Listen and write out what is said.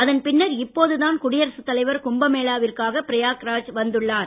அதன் பின்னர் இப்போதுதான் குடியரசுத் தலைவர் கும்பமேளாவிற்காக பிரயாக்ரா வந்துள்ளார்